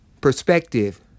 Perspective